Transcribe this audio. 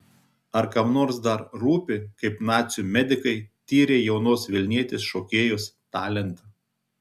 ar kam nors dabar rūpi kaip nacių medikai tyrė jaunos vilnietės šokėjos talentą